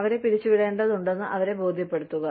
അവരെ പിരിച്ചുവിടേണ്ടതുണ്ടെന്ന് അവരെ ബോധ്യപ്പെടുത്തുക